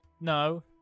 No